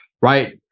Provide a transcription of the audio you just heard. right